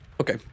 Okay